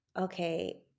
okay